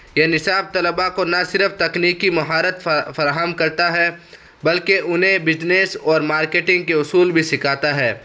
یہ نصاب طلباء کو نہ صرف تکنیکی مہارت فراہم کرتا ہے بلکہ انہیں بجنیس اور مارکیٹنگ کے اصول بھی سکھاتا ہے